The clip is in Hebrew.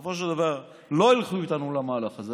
בסופו של דבר לא ילכו איתנו למהלך הזה,